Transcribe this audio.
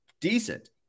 decent